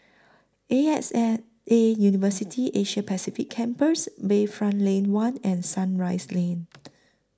A X and A University Asia Pacific Campus Bayfront Lane one and Sunrise Lane